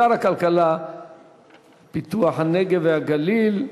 שר הכלכלה ופיתוח הנגב והגליל,